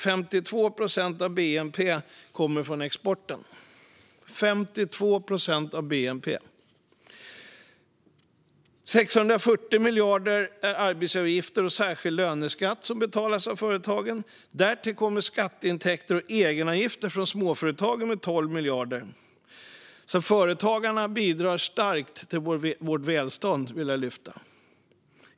52 procent av bnp kommer från exporten. 640 miljarder i arbetsgivaravgifter och särskild löneskatt betalas av företagen. Därtill kommer skatteintäkter och egenavgifter från småföretagen med 12 miljarder. Jag vill lyfta att företagarna alltså bidrar starkt till vårt välstånd.